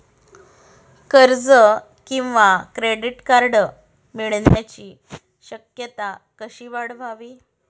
कर्ज किंवा credit card मिळण्याची शक्यता कशी वाढवावी?